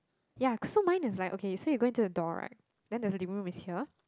ya cause so mine is like okay so you go into the door right then the living room is here